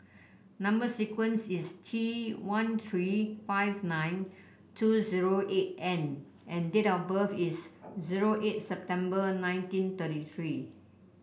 number sequence is T one three five nine two zero eight N and date of birth is zero eight September nineteen thirty three